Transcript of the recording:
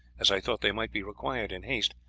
as i thought they might be required in haste,